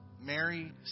Mary